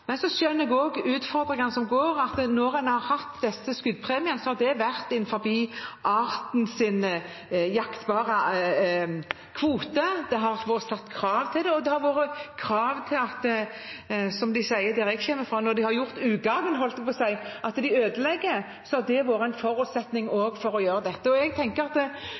men jeg skjønner også utfordringene som går på at når en har hatt disse skuddpremiene, har det vært innenfor artens jaktbare kvote. Det har vært satt krav til det, og det har vært krav til at, som de sier der jeg kommer fra, når de har gjort ugagn, når de ødelegger, har det vært en forutsetning for å gjøre det. Jeg tenker at